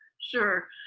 Sure